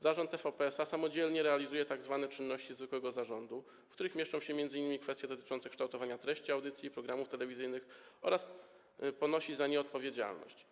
Zarząd TVP SA samodzielnie realizuje tzw. czynności zwykłego zarządu, które obejmują m.in. kwestie dotyczące kształtowania treści audycji i programów telewizyjnych, oraz ponosi za nie odpowiedzialność.